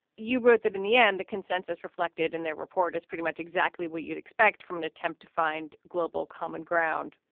you wrote that in the end, the consensus reflected in their report is is pretty much exactly what you'd expect from an attempt to find global common ground,